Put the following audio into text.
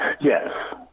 Yes